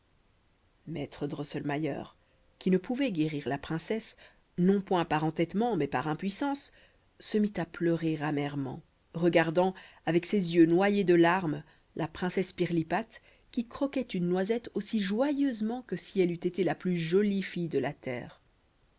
maître drosselmayer qui ne pouvait guérir la princesse non point par entêtement mais par impuissance se mit à pleurer amèrement regardant avec ses yeux noyés de larmes la princesse pirlipate qui croquait une noisette aussi joyeusement que si elle eût été la plus jolie fille de la terre